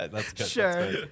Sure